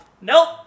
Nope